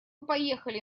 поехали